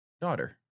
daughter